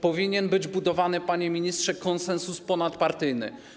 Powinien być budowany, panie ministrze, konsensus ponadpartyjny.